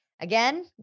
Again